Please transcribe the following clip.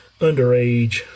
underage